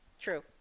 True